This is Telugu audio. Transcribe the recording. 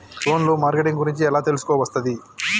ఫోన్ లో మార్కెటింగ్ గురించి ఎలా తెలుసుకోవస్తది?